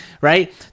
Right